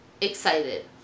excited